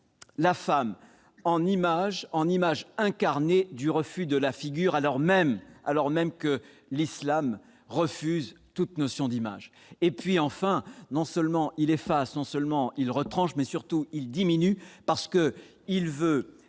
la femme en image incarnée du refus de la figure, alors même que l'islam refuse toute notion d'image ! Enfin, non seulement il efface, non seulement il retranche, mais surtout il diminue la femme en